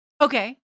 Okay